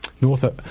North